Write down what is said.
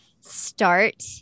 start